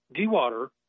dewater